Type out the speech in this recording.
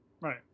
Right